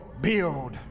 build